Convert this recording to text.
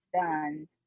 done